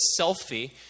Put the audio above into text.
selfie